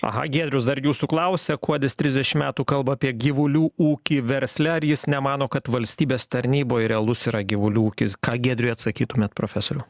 aha giedrius dar jūsų klausia kuodis trisdešim metų kalba apie gyvulių ūkį versle ar jis nemano kad valstybės tarnyboj realus yra gyvulių ūkis ką giedriui atsakytumėt profesoriau